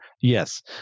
yes